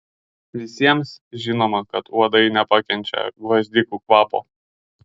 visiems žinoma kad uodai nepakenčia gvazdikų kvapo